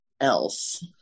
else